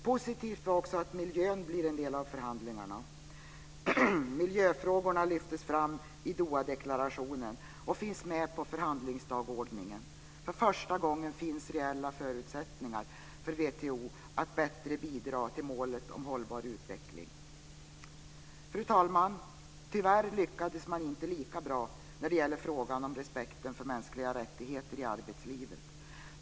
Positivt var också att miljön blir en del av förhandlingarna. Miljöfrågorna lyftes fram i Dohadeklarationen och finns med på förhandlingsdagordningen. För första gången finns reella förutsättningar för WTO att bättre bidra till att vi ska nå målet om hållbar utveckling. Fru talman! Tyvärr lyckades man inte lika bra när det gäller frågan om respekten för mänskliga rättigheter i arbetslivet.